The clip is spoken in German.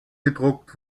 gedruckt